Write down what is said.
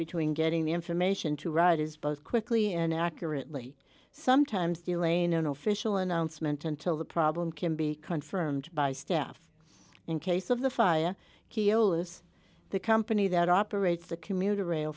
between getting the information to ride as both quickly and accurately sometimes delay no official announcement until the problem can be confirmed by staff in case of the fire keogh list the company that operates the commuter rail